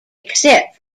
except